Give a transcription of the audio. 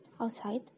Outside